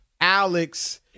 Alex